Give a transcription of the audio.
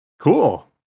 cool